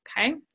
okay